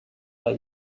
par